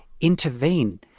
intervene